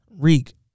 Reek